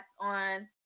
on